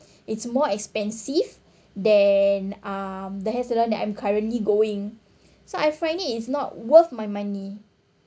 it's more expensive than um the hair salon that I'm currently going so I find it is not worth my money